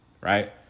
right